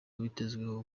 bitezweho